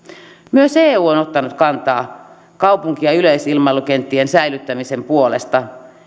myös eu on ottanut kantaa kaupunki ja yleisilmailukenttien säilyttämisen puolesta